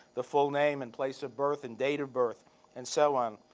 the full name and place of birth and date of birth and so on.